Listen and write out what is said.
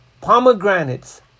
Pomegranates